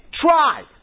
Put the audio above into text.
Try